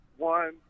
One